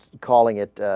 calling it ah.